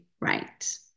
right